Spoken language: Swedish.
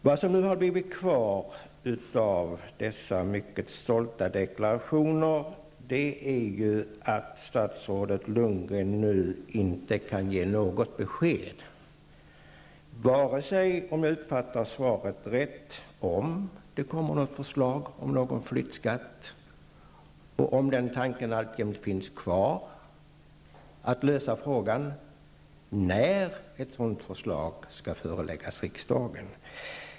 Det som nu är kvar av dessa mycket stolta deklarationer är ju att statsrådet Lundgren, om jag uppfattade svaret rätt, nu inte kan ge något besked, vare sig om det kommer något förslag om en flyttskatt eller -- om tanken att lösa frågan finns kvar -- när ett sådant förslag skall föreläggas riksdagen.